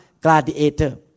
Gladiator